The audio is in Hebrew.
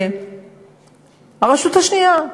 זה הרשות השנייה.